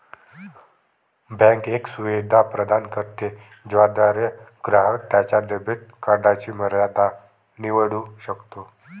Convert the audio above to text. bank एक सुविधा प्रदान करते ज्याद्वारे ग्राहक त्याच्या डेबिट कार्डची मर्यादा निवडू शकतो